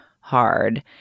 hard